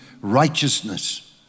righteousness